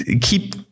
keep